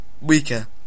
weaker